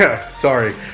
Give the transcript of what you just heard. Sorry